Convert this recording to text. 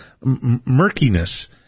murkiness